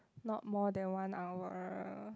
not more than one hour